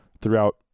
throughout